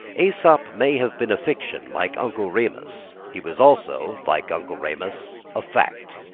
aesop may have been a fiction like uncle remus he was also, like uncle remus, a fact.